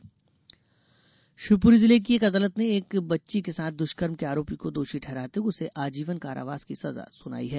दुष्कर्म उम्रकैद शिवपुरी जिले की एक अदालत ने एक बच्ची के साथ दुष्कर्म के आरोपी को दोषी ठहराते हुए उसे आजीवन कारावास की सजा सुनाई है